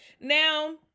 Now